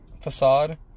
facade